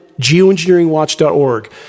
geoengineeringwatch.org